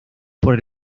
por